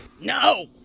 No